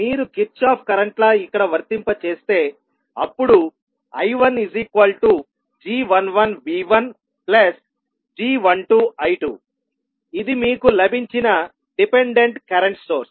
మీరు Kirchhoff current law ఇక్కడ వర్తింపజేస్తే అప్పుడు I1g11V1g12I2 ఇది మీకు లభించిన డిపెండెంట్ కరెంట్ సోర్స్